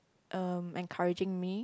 um encouraging me